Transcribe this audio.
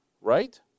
right